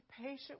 patient